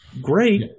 great